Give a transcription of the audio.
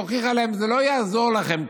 הוכיחה להם: זה לא יעזור לכם,